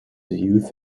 youth